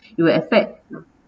it will affect